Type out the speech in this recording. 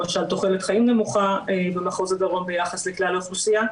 למשל תוחלת חיים נמוכה במחוז הדרום ביחס לכלל האוכלוסייה,